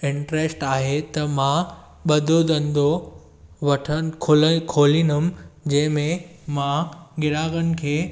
interest आहे त मां ॿधो धंधो वठणु ख़ुलनि खोलींदमि जंहिं में मां ग्राहकनि खे